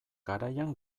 garaian